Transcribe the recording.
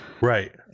Right